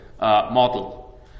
model